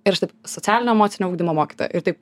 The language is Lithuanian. ir aš taip socialinio emocinio ugdymo mokytoja ir taip